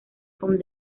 con